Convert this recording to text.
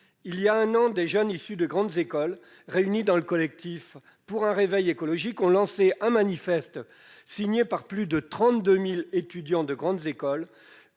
Voilà un an, des jeunes issus de grandes écoles, réunis au sein du collectif « Pour un réveil écologique », ont lancé un manifeste, signé par plus de 32 000 étudiants de grandes écoles